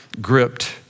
gripped